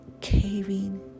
caving